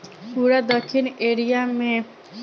पूरा दखिन एशिया मे भइस के दूध ढेरे पियल जाला